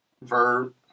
Verb